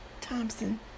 Thompson